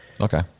okay